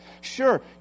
Sure